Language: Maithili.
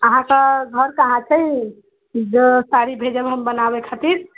अहाँके घर कहाँ छै जे साड़ी भेजब हम बनाबय खातिर